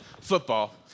football